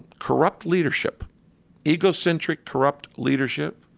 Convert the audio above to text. corrupt leadership egocentric, corrupt leadership,